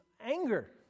anger